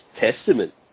testament